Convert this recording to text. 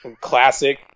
classic